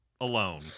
alone